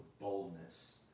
boldness